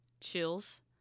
chills